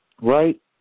right